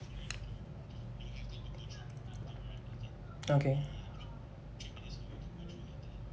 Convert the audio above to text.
okay